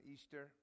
Easter